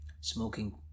smoking